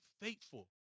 faithful